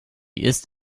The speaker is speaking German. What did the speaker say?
ist